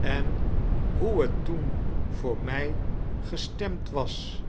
en hoe het toen voot mij gestemd was